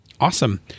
Awesome